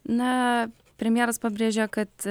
na premjeras pabrėžė kad